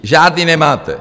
Žádný nemáte!